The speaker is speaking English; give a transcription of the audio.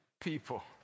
people